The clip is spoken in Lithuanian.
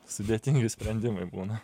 sudėtingi sprendimai būna